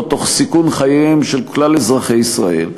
תוך סיכון חייהם של כלל אזרחי ישראל.